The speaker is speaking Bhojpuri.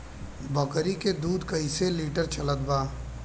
बकरी के दूध कइसे लिटर चलत बा?